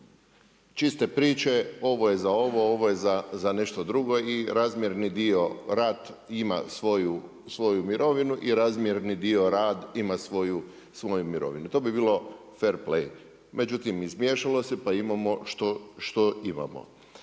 čiste priče, ovo je za ovo, ovo je za nešto drugo i razmjerni dio, rat ima svoju mirovinu i razmjerni dio rad, ima svoju mirovinu, to bi bilo fair play. Međutim, izmiješalo se pa imamo što imamo.